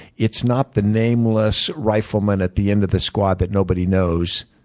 it's not the nameless rifleman at the end of the squad that nobody knows.